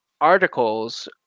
articles